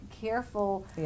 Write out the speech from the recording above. careful